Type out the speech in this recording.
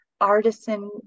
artisan